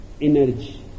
energy